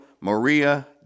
Maria